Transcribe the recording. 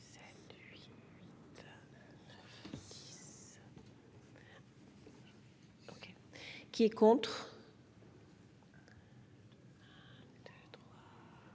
Qui est contre.